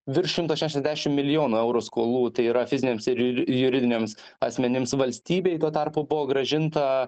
virš šimto šešiasdešim milijonų eurų skolų tai yra fiziniams ir ju juridiniams asmenims valstybei tuo tarpu buvo grąžinta